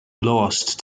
lost